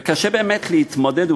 וקשה באמת להתמודד,